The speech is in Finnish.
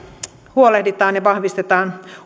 huolehditaan hoitajien jaksamisesta ja vahvistetaan